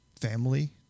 family